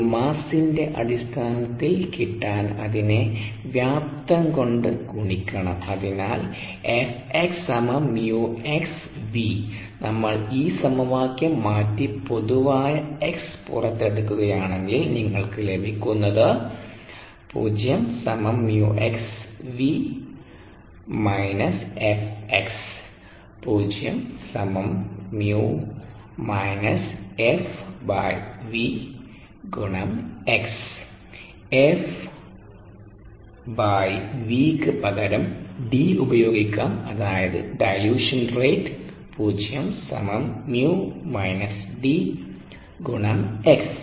ഒരു മാസിൻറെ അടിസ്ഥാനത്തിൽ കിട്ടാൻ അതിനെ വ്യാപ്തം കൊണ്ട് ഗുണിക്കണം അതിനാൽ 𝐹 𝑥 𝜇 𝑥 𝑉 നമ്മൾ ഈ സമവാക്യം മാറ്റി പൊതുവായ x പുറത്തെടുക്കുകയാണെങ്കിൽ നിങ്ങൾക്ക് ലഭിക്കുന്നത് F V ക്ക് പകരം D ഉപയോഗിക്കാം അതായത് ഡൈല്യൂഷൻ റേറ്റ് 0 𝜇 − 𝐷 𝑥